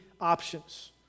options